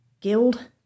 guild